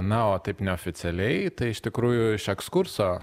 na o taip neoficialiai tai iš tikrųjų iš ekskurso